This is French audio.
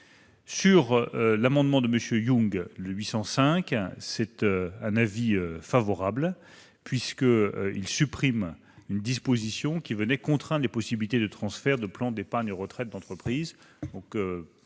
Sur l'amendement n° 805 de M. Yung, l'avis est favorable, puisqu'il supprime une disposition venant contraindre les possibilités de transfert de plans d'épargne retraite d'entreprise.